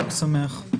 חג שמח.